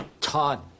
Todd